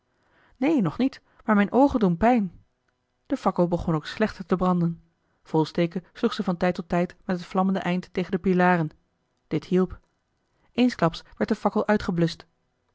neen nog niet maar mijne oogen doen pijn de fakkel begon ook slechter te branden volsteke sloeg ze van tijd tot tijd met het vlammende eind tegen de pilaren dit hielp eensklaps werd de fakkel uitgebluscht